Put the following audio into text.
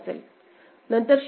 हे 0 असेल